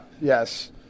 Yes